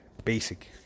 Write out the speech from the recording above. basic